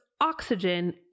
oxygen